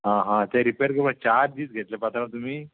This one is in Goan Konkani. आं हा ते रिपेर करपाक चार दीस घेतले पात्रांव तुमी